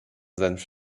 senf